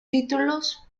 títulos